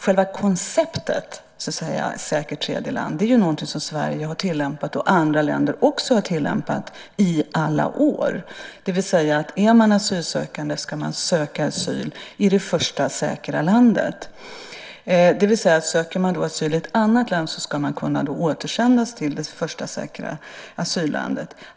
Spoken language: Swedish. Själva konceptet säkert tredjeland är någonting som Sverige och också andra länder har tillämpat i alla år. Är man asylsökande ska man söka asyl i det första säkra landet. Söker man asyl i ett annat land ska man kunna återsändas till det första säkra asyllandet.